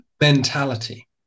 mentality